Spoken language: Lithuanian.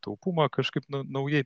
taupumą kažkaip naujai